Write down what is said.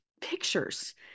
pictures